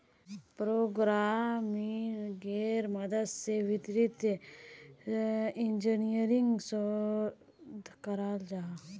प्रोग्रम्मिन्गेर मदद से वित्तिय इंजीनियरिंग शोध कराल जाहा